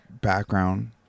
background